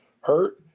hurt